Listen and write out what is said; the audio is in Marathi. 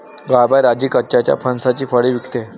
गावाबाहेर आजी कच्च्या फणसाची फळे विकते